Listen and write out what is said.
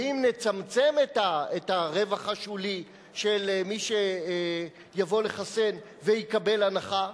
ואם נצמצם את הרווח השולי של מי שיבוא לחסן ויקבל הנחה,